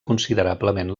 considerablement